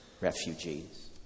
refugees